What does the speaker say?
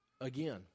again